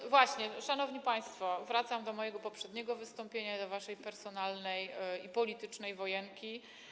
No właśnie, szanowni państwo, wracam do mojego poprzedniego wystąpienia i do waszej personalnej i politycznej wojenki.